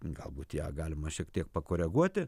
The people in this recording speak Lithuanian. galbūt ją galima šiek tiek pakoreguoti